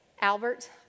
Albert